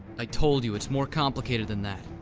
i told you, it's more complicated than that.